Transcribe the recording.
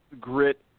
grit